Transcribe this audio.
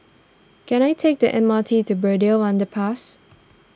can I take the M R T to Braddell Underpass